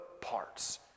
parts